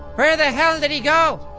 where the hell did he go?